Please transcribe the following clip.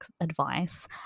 advice